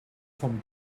vom